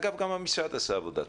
אגב, גם המשרד עשה עבודה טובה.